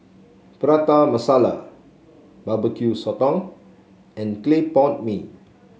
Prata Masala bbq sotong and Clay Pot Mee